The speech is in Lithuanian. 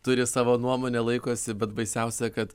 turi savo nuomonę laikosi bet baisiausia kad